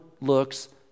looks